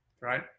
right